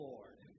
Lord